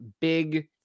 big